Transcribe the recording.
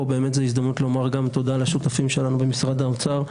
פה זאת גם ההזדמנות לבוא ולומר תודה לשותפים שלנו במשרד האוצר,